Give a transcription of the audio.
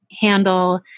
handle